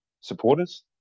supporters